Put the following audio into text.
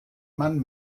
man